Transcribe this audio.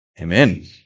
Amen